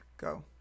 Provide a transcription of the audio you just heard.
go